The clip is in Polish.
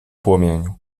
płomieniu